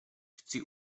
chci